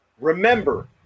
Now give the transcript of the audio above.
Remember